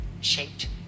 shaped